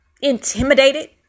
intimidated